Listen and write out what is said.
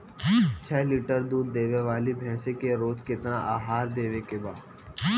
छह लीटर दूध देवे वाली भैंस के रोज केतना आहार देवे के बा?